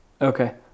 Okay